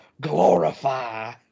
glorify